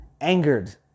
angered